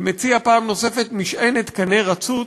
ומציע פעם נוספת משענת קנה רצוץ.